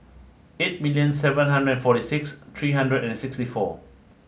eight million seven hundred forty six three hundred and sixty four